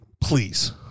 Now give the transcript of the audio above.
Please